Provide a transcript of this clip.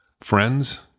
friends